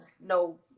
no